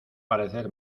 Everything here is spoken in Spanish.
parecer